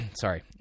sorry